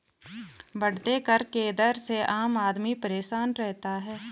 बढ़ते कर के दर से आम आदमी परेशान रहता है